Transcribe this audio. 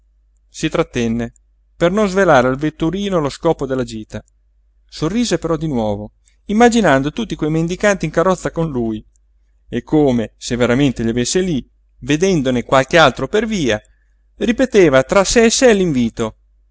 si trattenne per non svelare al vetturino lo scopo della gita sorrise però di nuovo immaginando tutti quei mendicanti in carrozza con lui e come se veramente li avesse lí vedendone qualche altro per via ripeteva tra sé